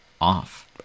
off